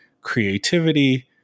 creativity